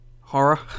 Horror